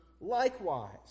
likewise